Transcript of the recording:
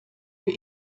für